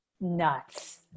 Nuts